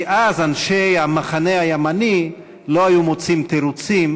כי אז אנשי המחנה הימני לא היו מוצאים תירוצים